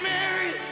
Mary